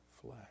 flesh